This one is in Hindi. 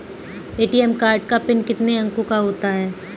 ए.टी.एम कार्ड का पिन कितने अंकों का होता है?